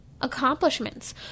accomplishments